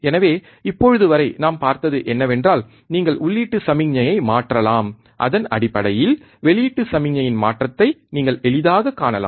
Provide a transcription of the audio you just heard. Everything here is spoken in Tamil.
எனவே இப்போது வரை நாம் பார்த்தது என்னவென்றால் நீங்கள் உள்ளீட்டு சமிக்ஞையை மாற்றலாம் அதன் அடிப்படையில் வெளியீட்டு சமிக்ஞையின் மாற்றத்தை நீங்கள் எளிதாகக் காணலாம்